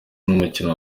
n’umukino